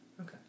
Okay